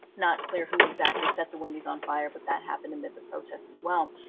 not clear who exactly set the wendy's on fire, but that happened amid the protests as well.